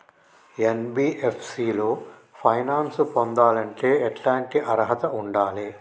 NBFC లో finance పొందాలంటే ఎట్లాంటి అర్హత ఉండాలే?